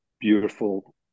beautiful